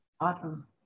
Awesome